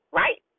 right